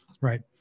right